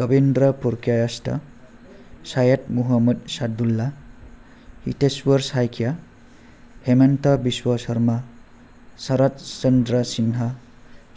Rabindra Purkayastha Syed Mahamad Saadulla Hiteswar Saikia Himanta Biswa Sarma Sarat Chandra Sinha